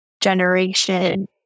generation